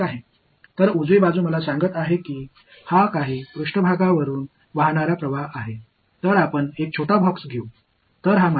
எனவே வலது புறம் என்னிடம் இது ஏதோ ஒரு மேற்பரப்பில் இருந்து வரும் ஃபிளக்ஸ் என்று கூறுகிறது